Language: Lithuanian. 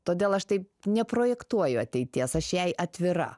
todėl aš taip neprojektuoju ateities aš jai atvira